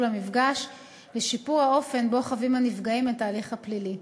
למפגש לשיפור האופן שבו חווים הנפגעים את ההליך הפלילי.